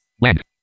Land